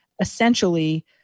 essentially